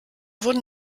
wurden